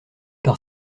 par